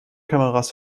kameras